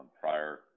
prior